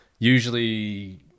Usually